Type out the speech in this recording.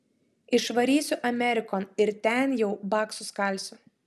išvarysiu amerikon ir ten jau baksus kalsiu